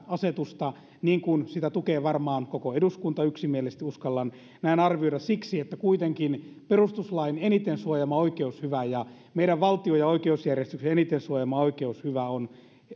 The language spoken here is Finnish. asetusta niin kuin sitä tukee varmaan koko eduskunta yksimielisesti uskallan näin arvioida siksi että kuitenkin perustuslain eniten suojaama oikeushyvä ja meidän valtion ja oikeusjärjestyksen eniten suojaama oikeushyvä on